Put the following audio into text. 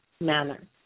manner